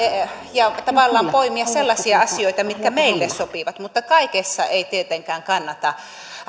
ja tavallaan poimia sellaisia asioita mitkä meille sopivat mutta kaikessa ei tietenkään kannata